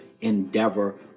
endeavor